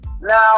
Now